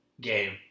game